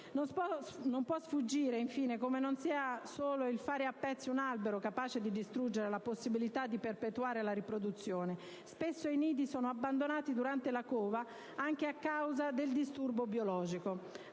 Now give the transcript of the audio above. Non può sfuggire come non sia solo il fare a pezzi un albero capace di distruggere la possibilità di perpetuare la riproduzione; spesso i nidi sono abbandonati durante la cova anche a causa del disturbo biologico,